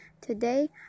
Today